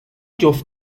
جفت